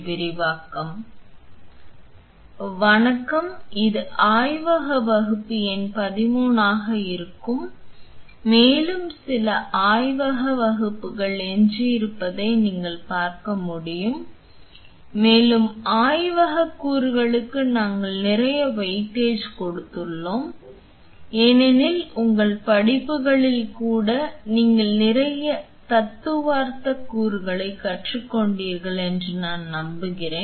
வணக்கம் இது ஆய்வக வகுப்பு எண் 13 ஆக இருக்கும் மேலும் சில ஆய்வக வகுப்புகள் எஞ்சியிருப்பதை நீங்கள் பார்க்க முடியும் மேலும் ஆய்வக கூறுகளுக்கு நாங்கள் நிறைய வெயிட்டேஜ் கொடுத்துள்ளோம் ஏனெனில் உங்கள் படிப்புகளில் கூட நீங்கள் நிறைய தத்துவார்த்த கூறுகளைக் கற்றுக்கொண்டீர்கள் என்று நான் நம்புகிறேன்